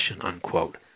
unquote